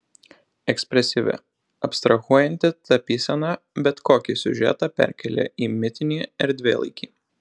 ekspresyvi abstrahuojanti tapysena bet kokį siužetą perkelia į mitinį erdvėlaikį